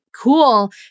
cool